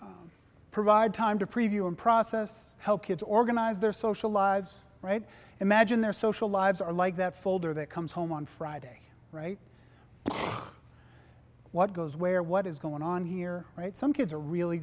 provide time to preview and process help kids organize their social lives write imagine their social lives are like that folder that comes home on friday right what goes where what is going on here right some kids are really